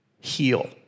heal